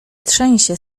trzęsie